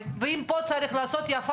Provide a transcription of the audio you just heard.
אני מציע למחוק פה את המשגיח.